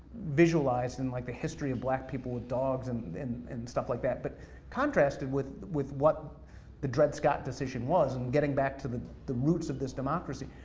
visualized and like the history of black people with dogs and and and stuff like that, but contrasted with with what the dred scott decision was, and getting back to the the roots of this democracy,